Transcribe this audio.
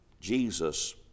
Jesus